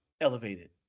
elevated